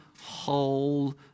whole